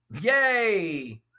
Yay